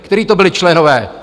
Kteří to byli členové?